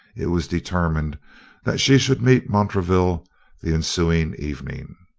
it was determined that she should meet montraville the ensuing evening.